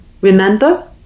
Remember